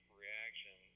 reaction